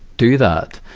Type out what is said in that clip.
do that.